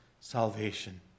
salvation